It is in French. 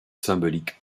symbolique